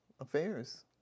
affairs